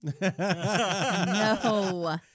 No